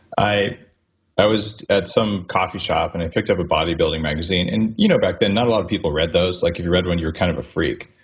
i i was at some coffee shop and i picked up a bodybuilding magazine. and you know back then, not a lot people read those. like if you read one you were kind of a freak.